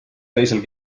teisel